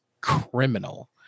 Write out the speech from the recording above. criminal